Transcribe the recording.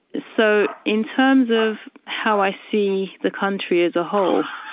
so in terms of how i see the country as a whole,